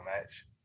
match